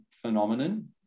phenomenon